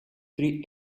three